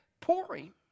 pouring